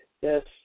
yes